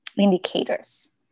indicators